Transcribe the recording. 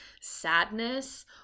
sadness